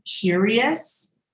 curious